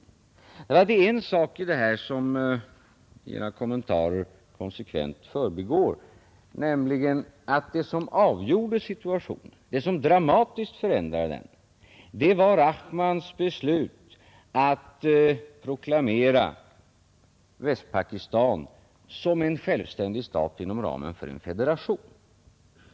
För det är en sak i det här som Era kommentarer konsekvent förbigår, nämligen att det som avgjorde situationen, det som dramatiskt förändrade den, var Rahmans beslut att proklamera Östpakistan som en självständig stat inom ramen för en federation.